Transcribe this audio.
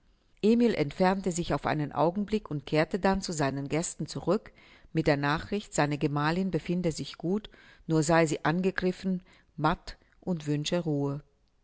emil entfernte sich auf einen augenblick und kehrte dann zu seinen gästen zurück mit der nachricht seine gemalin befinde sich gut nur sei sie angegriffen matt und wünsche ruhe